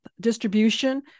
distribution